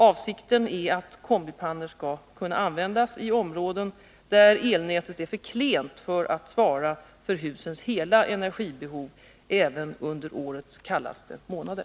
Avsikten är att kombipannor skall kunna användas i områden där elnätet är för klent för att svara för husens hela energibehov även under årets kallaste månader.